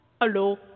Hello